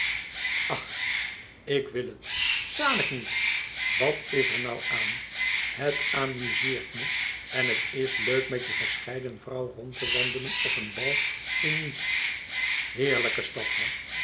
ach ik wil het zanik niet wat is er nou aan het amuzeert me en het is leuk met je gescheiden vrouw rond te wandelen op een bal in nice heerlijke stad hè